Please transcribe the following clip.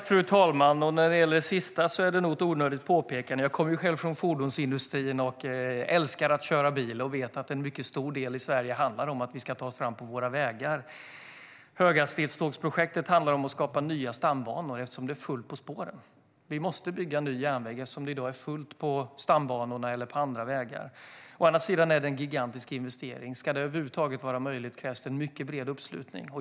Fru talman! När det gäller det sista är det nog ett onödigt påpekande. Jag kommer själv från fordonsindustrin och älskar att köra bil. Jag vet att en mycket stor del i Sverige handlar om att kunna ta sig fram på våra vägar. Höghastighetstågprojektet handlar å ena sidan om att skapa nya stambanor, eftersom det är fullt på spåren. Vi måste bygga ny järnväg, eftersom det i dag är fullt på stambanorna eller på andra vägar. Å andra sidan är det en gigantisk investering. Ska det över huvud taget vara möjligt krävs en mycket bred uppslutning.